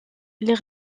les